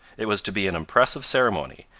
it was to be an impressive ceremony,